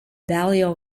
balliol